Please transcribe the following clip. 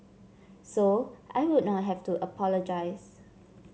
so I would not have to apologise